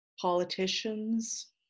politicians